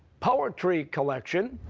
poetry collection,